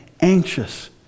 anxious